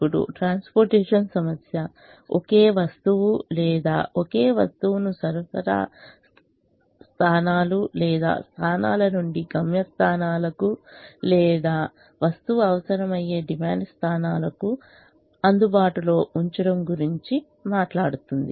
ఇప్పుడు ట్రాన్స్పోర్టేషన్ సమస్య ఒకే వస్తువు లేదా ఒకే వస్తువును సరఫరా స్థానలు లేదా స్థానాల నుండి గమ్యం స్థానాలకు లేదా వస్తువు అవసరమయ్యే డిమాండ్ స్థానాలకు అందుబాటులో ఉంచడం గురించి మాట్లాడుతుంది